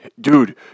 dude